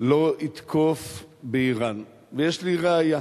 לא יתקוף באירן, ויש לי ראיה.